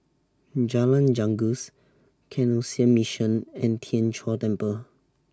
Jalan Janggus Canossian Mission and Tien Chor Temple